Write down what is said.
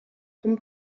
vom